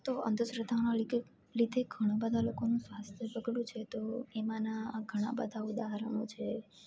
તો અંધશ્રદ્ધા ના લીધે ઘણા બધા લોકોનું સ્વાસ્થ્ય બગડ્યું છે તો એમાંના આ ઘણા બધા ઉદાહરણો છે